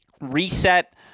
reset